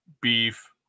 beef